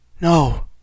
No